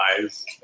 eyes